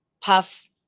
Puff